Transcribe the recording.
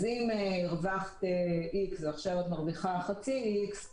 אז אם הרווחת xועכשיו את מרוויחה חצי x,